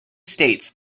states